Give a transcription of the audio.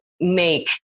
make